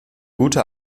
gute